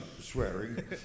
swearing